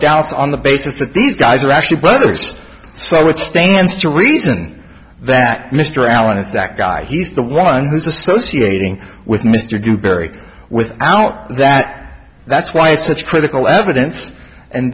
doubts on the basis that these guys are actually brothers so it stands to reason that mr allen is that guy he's the one who's associating with mr dewberry without that that's why it's that's critical evidence and